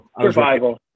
survival